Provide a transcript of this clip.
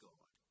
God